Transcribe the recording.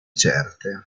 certe